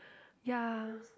ya